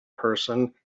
person